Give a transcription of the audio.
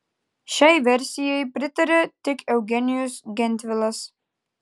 šiai versijai pritarė tik eugenijus gentvilas